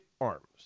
arms